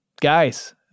guys